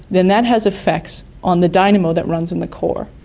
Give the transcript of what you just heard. then that has effects on the dynamo that runs in the core.